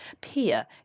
peer